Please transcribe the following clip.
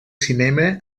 cinema